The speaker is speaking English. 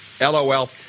LOL